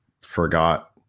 forgot